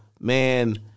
Man